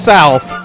South